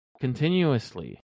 continuously